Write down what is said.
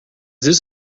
this